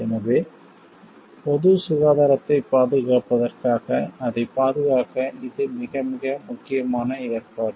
எனவே பொது சுகாதாரத்தைப் பாதுகாப்பதற்காக அதைப் பாதுகாக்க இது மிக மிக முக்கியமான ஏற்பாடு